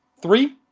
three,